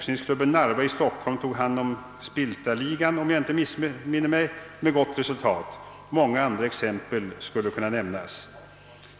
Narva i Stockholm tog hand om Spiltaligan om jag inte minns fel — med gott resultat. Många andra exempel skulle kunna nämnas.